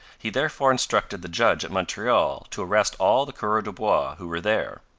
he therefore instructed the judge at montreal to arrest all the coureurs de bois who were there.